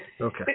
Okay